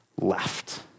left